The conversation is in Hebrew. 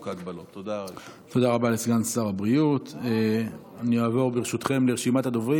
עולה כי רבע מציבור הסטודנטים שוקלים לפרוש מהלימודים בעקבות